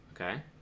okay